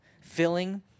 filling